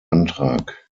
antrag